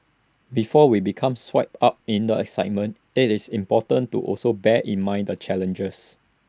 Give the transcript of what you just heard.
before we become swept up in the excitement IT is important to also bear in mind the challenges